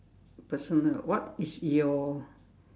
personal what is your